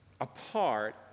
apart